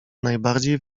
najbardziej